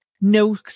No